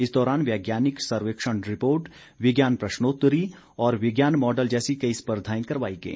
इस दौरान वैज्ञानिक सर्वेक्षण रिपोर्ट विज्ञान प्रश्नोत्तरी और विज्ञान मॉडल जैसी कई स्पर्धाएं करवाई गई